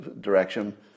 direction